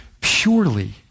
purely